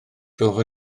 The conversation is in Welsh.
rwyf